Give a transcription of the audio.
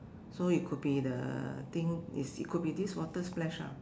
so it could be the thing if it could be this water splash ah